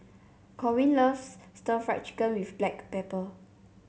Corwin loves Stir Fried Chicken with Black Pepper